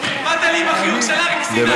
באת לי עם החיוך של אריק סיני.